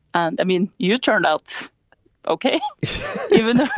and i mean, you turned out okay even.